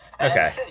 Okay